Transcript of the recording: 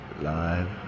live